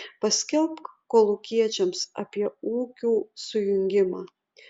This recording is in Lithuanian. paskelbk kolūkiečiams apie ūkių sujungimą